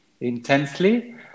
intensely